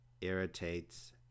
irritates